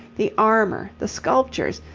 the armour, the sculptures,